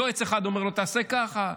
יועץ אחד אומר לו: תעשה ככה,